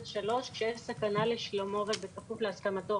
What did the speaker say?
עד (3) כשיש סכנה לשלומו ובכפוף להסכמתו.